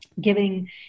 giving